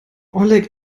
oleg